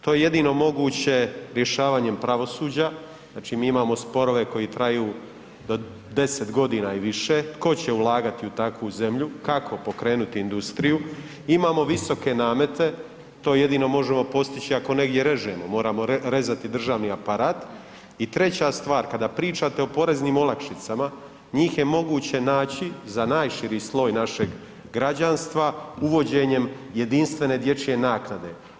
To je jedino moguće rješavanje pravosuđa, znači mi imamo sporove koji traju do 10 godina i više, tko će ulagati u takvu zemlju, kako pokrenuti industriju, imamo visoke namete to jedino možemo postići ako negdje režemo, moramo rezati državni aparat i treća stvar kada pričate o poreznim olakšicama njih je moguće naći za najširi sloj našeg građanstva uvođenjem jedinstvene dječje naknade.